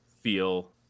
feel